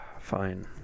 Fine